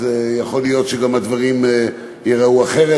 אז יכול להיות שגם הדברים ייראו אחרת.